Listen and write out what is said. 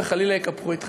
וחלילה יקפחו את חייהם.